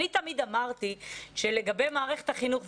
אני תמיד אמרתי שלגבי מערכת החינוך,